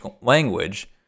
language